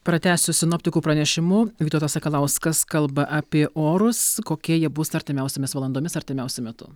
pratęsiu sinoptikų pranešimu vytautas sakalauskas kalba apie orus kokie jie bus artimiausiomis valandomis artimiausiu metu